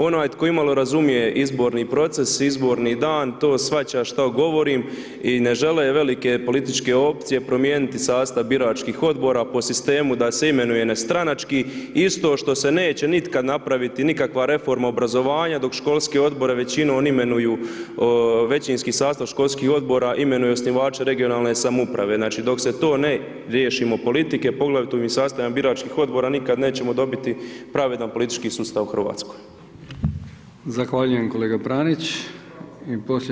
Onaj tko imalo razumije izborni proces, izborni dan, to shvaća što govorim i ne žele velike političke opcije promijeniti sastav biračkih odbora, po sistemu da se imenuje nestranački, isto što se neće nikada napraviti nikakva reforma obrazovanja dok školske odbore većinom imenuju većinski sastav školskih odbora imenuju osnivače regionalne samouprave, znači dok se to ne riješimo politike, poglavito ministarstva biračkih odbora, nikada nećemo dobiti pravedan politički sustav u Hrvatskoj.